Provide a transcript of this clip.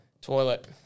Toilet